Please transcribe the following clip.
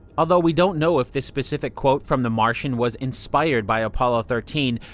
although we don't know if this specific quote from the martian was inspired by apollo thirteen,